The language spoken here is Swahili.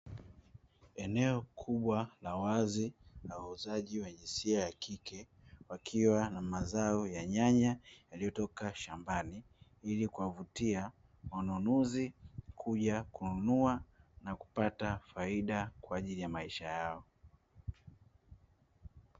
Eneo kubwa la wazi la wauzaji wa jinsia ya kike wakiwa na mazao ya nyanya yaliyotoka shambani, ili kuwavutia wanunuzi kuja kununua na kupata faida kwa ajili ya maisha yao.